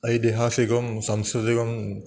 ऐतिहासिकं सांस्कृतिकं